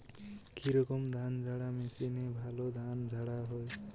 কি রকম ধানঝাড়া মেশিনে ভালো ধান ঝাড়া হয়?